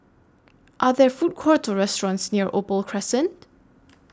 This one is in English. Are There Food Courts Or restaurants near Opal Crescent